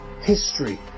history